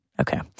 Okay